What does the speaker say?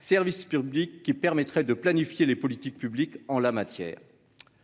service public qui permettrait de planifier les politiques publiques en la matière.